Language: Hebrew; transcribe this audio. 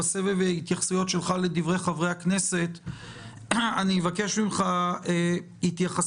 שבסבב ההתייחסות שלך לדברי חברי הכנסת אני אבקש ממך התייחסות,